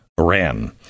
Iran